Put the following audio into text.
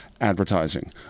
advertising